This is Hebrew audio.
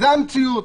זאת המציאות.